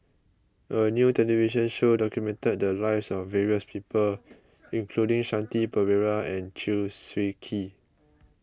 a new television show documented the lives of various people including Shanti Pereira and Chew Swee Kee